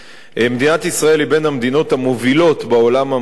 מדינת ישראל היא בין המדינות המובילות בעולם המערבי